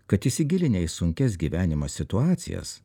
kad įsigilinę į sunkias gyvenimo situacijas